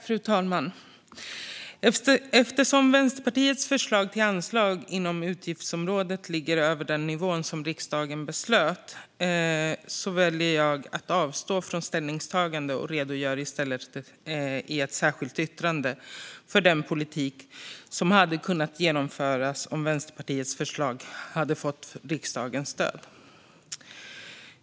Fru talman! Eftersom Vänsterpartiets förslag till anslag inom utgiftsområdet ligger över den nivå som riksdagen har beslutat väljer jag att avstå från ställningstagande. Vi redogör i stället i ett särskilt yttrande för den politik som hade kunnat genomföras om Vänsterpartiets förslag hade fått riksdagens stöd.